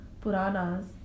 Puranas